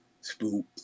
spook